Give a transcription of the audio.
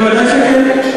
ודאי שכן.